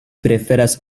preferas